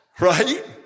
Right